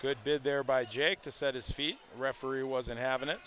good bit there by jake to set his feet referee wasn't having it